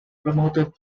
promoted